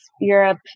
Europe